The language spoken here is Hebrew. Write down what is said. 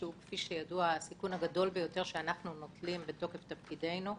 שהוא הסיכון הגדול ביותר שאנחנו נוטלים בתוקף תפקידנו,